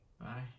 Bye